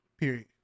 Period